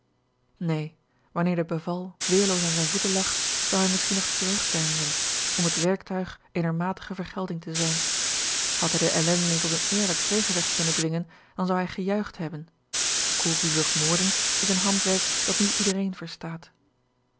wanneer de beval weerloos aan zijne voeten lag zou hij misschien nog terugdeinzen om het werktuig eener matige vergelding te zijn had hij den ellendeling tot een eerlijk tweegevecht kunnen dwingen dan zou hij gejuicht hebben koelbloedig moorden is een handwerk dat niet iedereen verstaat